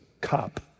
cop